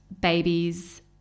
babies